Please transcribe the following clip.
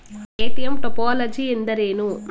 ATM topology ಎಂದರೇನು?